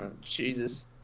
Jesus